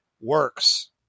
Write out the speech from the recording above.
works